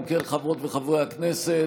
אם כן, חברות וחברי הכנסת,